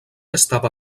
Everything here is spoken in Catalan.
estava